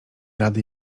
rady